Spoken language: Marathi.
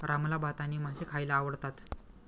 रामला भात आणि मासे खायला आवडतात